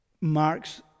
marks